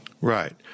Right